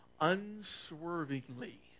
unswervingly